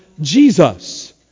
Jesus